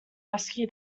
rescue